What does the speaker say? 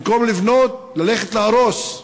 במקום לבנות, ללכת להרוס?